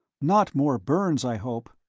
not more burns, i hope?